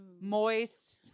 moist